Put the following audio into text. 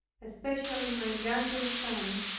especially my younger son,